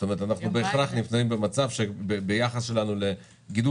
כלומר אנחנו בהכרח נמצאים במצב שביחס לגידול